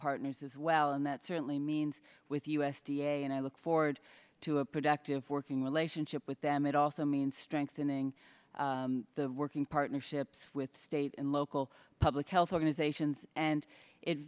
partners as well and that certainly means with u s d a and i look forward to a productive working relationship with them it also means strengthening the working partnerships with state and local public health organizations and it